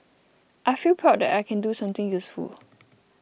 I feel proud that I can do something useful